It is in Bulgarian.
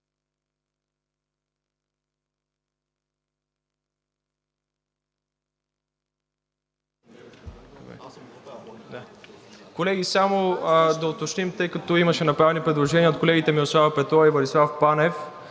Колеги, само да уточним, тъй като имаше направени предложения от колегите Мирослава Петрова и Владислав Панев,